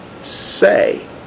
say